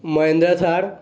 Mahindra Thar